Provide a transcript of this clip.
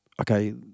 okay